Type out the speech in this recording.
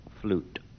Flute